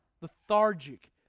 lethargic